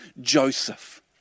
Joseph